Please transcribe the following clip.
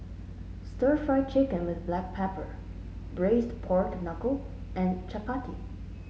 Stir Fried Chicken with Black Pepper Braised Pork Knuckle and Chappati